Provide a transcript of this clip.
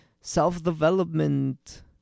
self-development